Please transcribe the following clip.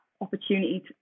opportunity